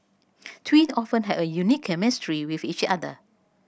twins often have a unique chemistry with each other